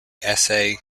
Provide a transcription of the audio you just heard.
essay